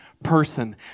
person